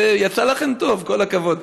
זה יצא לכם טוב, כל הכבוד.